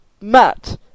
Matt